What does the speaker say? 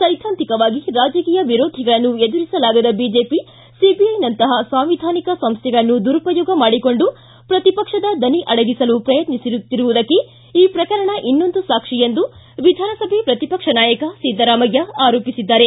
ಸೈದ್ಧಾಂತಿಕವಾಗಿ ರಾಜಕೀಯ ವಿರೋಧಿಗಳನ್ನು ಎದುರಿಸಲಾಗದ ಬಿಜೆಪಿ ಸಿಬಿಐನಂತಹ ಸಾಂವಿಧಾನಿಕ ಸಂಸ್ಥೆಗಳನ್ನು ದುರುಪಯೋಗ ಮಾಡಿಕೊಂಡು ಪ್ರತಿಪಕ್ಷದ ದನಿ ಅಡಗಿಸಲು ಪ್ರಯತ್ನಿಸುತ್ತಿರುವುದಕ್ಕೆ ಈ ಪ್ರಕರಣ ಇನ್ನೊಂದು ಸಾಕ್ಷಿ ಎಂದು ವಿಧಾನಸಭೆ ಪ್ರತಿಪಕ್ಷ ನಾಯಕ ಸಿದ್ದರಾಮಯ್ಯ ಆರೋಪಿಸಿದ್ದಾರೆ